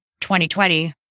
2020